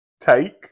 take